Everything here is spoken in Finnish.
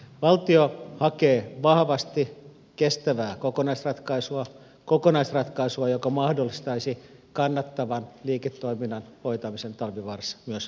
valtio hakee vahvasti kestävää kokonaisratkaisua kokonaisratkaisua joka mahdollistaisi kannattavan liiketoiminnan hoitamisen talvivaarassa myös jatkossa